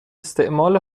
استعمال